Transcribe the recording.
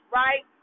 right